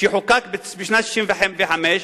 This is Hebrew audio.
שחוקק בשנת 1965,